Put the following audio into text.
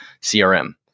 CRM